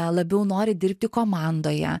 labiau nori dirbti komandoje